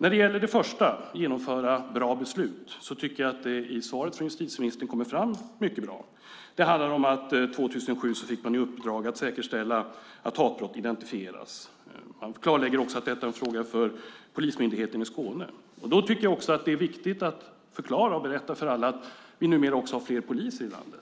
När det gäller att genomföra bra beslut tycker jag att det kommer fram mycket bra i svaret från justitieministern. Det handlar om att man 2007 fick i uppdrag att säkerställa att hatbrott identifieras. Man klarlägger också att detta är en fråga för Polismyndigheten i Skåne. Då tycker jag att det är viktigt att också förklara och berätta för alla att vi numera har fler poliser i landet.